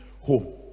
home